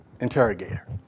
interrogator